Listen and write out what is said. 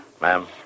Ma'am